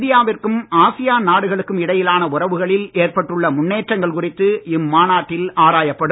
இந்தியாவிற்கும் ஆசியான் நாடுகளுக்கும் இடையிலான உறவுகளில் ஏற்பட்டுள்ள முன்னேற்றங்கள் குறித்து இம்மாநாட்டில் ஆராயப்படும்